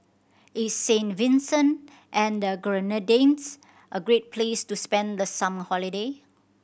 is Saint Vincent and Grenadines a great place to spend the summer holiday